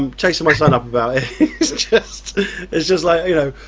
um chasing my son up about it just it just like you know